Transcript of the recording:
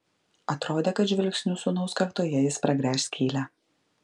atrodė kad žvilgsniu sūnaus kaktoje jis pragręš skylę